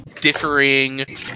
differing